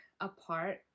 apart